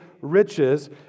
riches